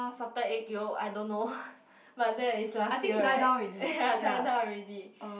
salted egg yolk I don't know but that is last year right ya die down already